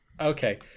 Okay